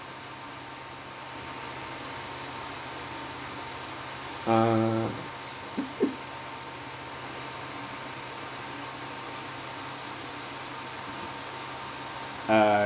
uh